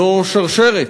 זו שרשרת,